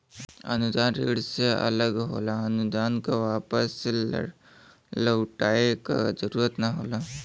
अनुदान ऋण से अलग होला अनुदान क वापस लउटाये क जरुरत ना होला